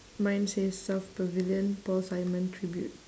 mine says south pavilion paul simon tribute